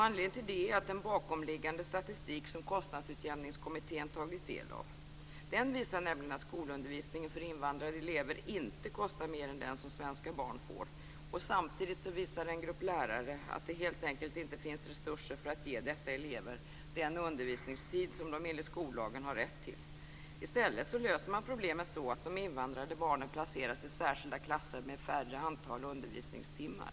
Anledningen till det är den bakomliggande statistik som Kostnadsutjämningskommittén tagit del av. Den visar nämligen att skolundervisningen för invandrade elever inte kostar mer än den som svenska barn får. Samtidigt visar en grupp lärare att det helt enkelt inte finns resurser för att ge dessa elever den undervisningstid som de enligt skollagen har rätt till. I stället löser man problemet så att de invandrade barnen placeras i särskilda klasser med färre antal undervisningstimmar.